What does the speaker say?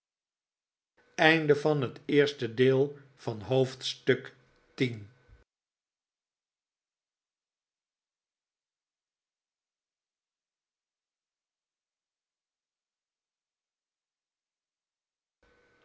oosten van het westen van het